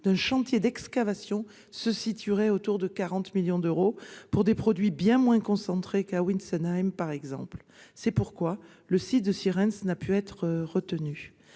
d'un chantier d'excavation s'élèverait à environ 40 millions d'euros, pour des produits bien moins concentrés qu'à Wintzenheim, par exemple. C'est pour cette raison que le site de Sierentz n'a pu être retenu.